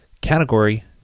category